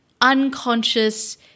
unconscious